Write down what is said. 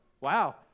Wow